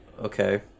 Okay